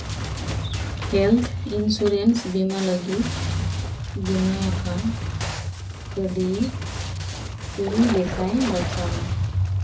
health insurance ᱵᱤᱢᱟ ᱞᱟᱹᱜᱤᱫ ᱵᱮᱱᱟᱣ ᱟᱠᱟᱱ ᱠᱟᱹᱣᱰᱤ ᱛᱩᱨᱩᱭ ᱜᱮᱥᱟᱭ ᱵᱷᱮᱡᱟᱭ ᱢᱮ